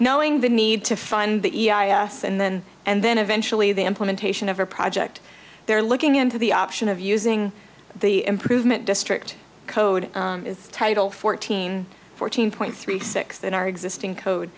knowing the need to find the e i a s and then and then eventually the implementation of a project there looking into the option of using the improvement district code is title fourteen fourteen point three six in our existing